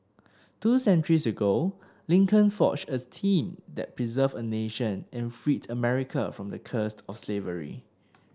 two centuries ago Lincoln forged as team that preserved a nation and freed America from the cursed of slavery